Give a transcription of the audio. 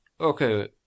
Okay